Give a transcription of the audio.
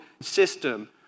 system